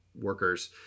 workers